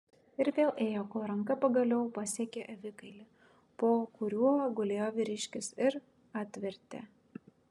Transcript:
ir vėl ėjo kol ranka pagaliau pasiekė avikailį po kuriuo gulėjo vyriškis ir atvertė